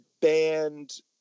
banned